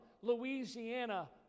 Louisiana